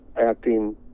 acting